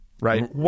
right